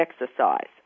exercise